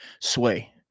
Sway